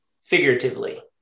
figuratively